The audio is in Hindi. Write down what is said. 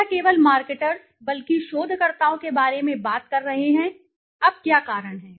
हम न केवल मार्केटर्स बल्कि शोधकर्ताओं के बारे में बात कर रहे हैं अब क्या कारण हैं